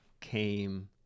came